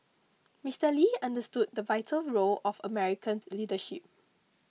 Mister Lee understood the vital role of American leadership